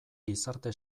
gizarte